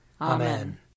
Amen